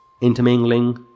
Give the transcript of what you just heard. Intermingling